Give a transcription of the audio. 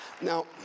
Now